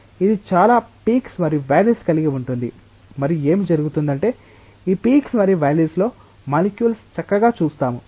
కాబట్టి ఇది చాలా పీక్స్ మరియు వ్యాలిస్ కలిగి ఉంటుంది మరియు ఏమి జరుగుతుందంటే ఈ పీక్స్ మరియు వ్యల్లిస్ లో మాలిక్యూల్స్ చక్కగా చూస్తాము